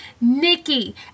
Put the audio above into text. Nikki